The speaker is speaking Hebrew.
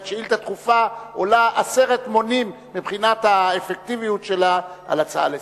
שאילתא דחופה עולה עשרת מונים מבחינת האפקטיביות שלה על הצעה לסדר-היום.